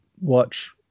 watch